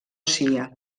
cia